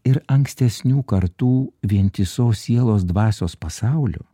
ir ankstesnių kartų vientisos sielos dvasios pasauliu